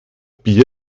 bier